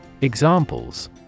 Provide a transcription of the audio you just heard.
Examples